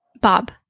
Bob